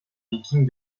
viking